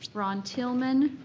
ron tilman,